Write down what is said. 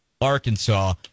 Arkansas